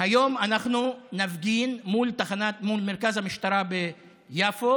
היום אנחנו נפגין מול מרכז המשטרה ביפו,